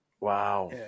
Wow